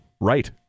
Right